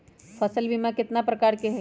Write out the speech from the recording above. फसल बीमा कतना प्रकार के हई?